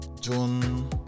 June